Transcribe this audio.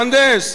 מהנדס,